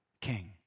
King